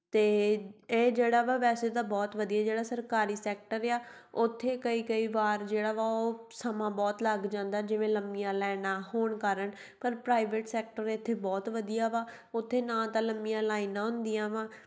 ਅਤੇ ਇਹ ਜਿਹੜਾ ਵਾ ਵੈਸੇ ਤਾਂ ਬਹੁਤ ਵਧੀਆ ਜਿਹੜਾ ਸਰਕਾਰੀ ਸੈਕਟਰ ਆ ਉੱਥੇ ਕਈ ਕਈ ਵਾਰ ਜਿਹੜਾ ਵਾ ਉਹ ਸਮਾਂ ਬਹੁਤ ਲੱਗ ਜਾਂਦਾ ਜਿਵੇਂ ਲੰਮੀਆਂ ਲਾਈਨਾਂ ਹੋਣ ਕਾਰਨ ਪਰ ਪ੍ਰਾਈਵੇਟ ਸੈਕਟਰ ਇੱਥੇ ਬਹੁਤ ਵਧੀਆ ਵਾ ਉੱਥੇ ਨਾ ਤਾਂ ਲੰਮੀਆਂ ਲਾਈਨਾਂ ਹੁੰਦੀਆਂ ਵਾ